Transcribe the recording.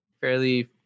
fairly